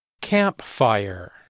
Campfire